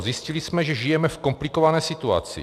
Zjistili jsme, že žijeme v komplikované situaci.